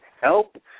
help